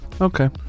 Okay